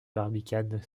barbicane